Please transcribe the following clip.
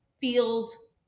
feels